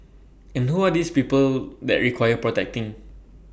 and who are these people that require protecting